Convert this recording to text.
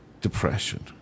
depression